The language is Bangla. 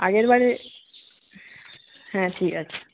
আগের বারে হ্যাঁ ঠিক আছে